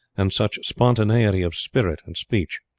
and such spontaneity of spirit and speech.